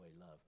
love